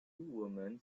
women